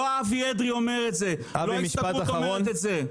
לא אבי אדרי אומר את זה, לא ההסתדרות אומרת את זה.